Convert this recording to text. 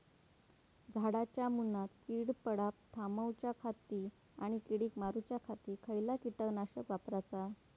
झाडांच्या मूनात कीड पडाप थामाउच्या खाती आणि किडीक मारूच्याखाती कसला किटकनाशक वापराचा?